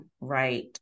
right